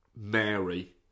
Mary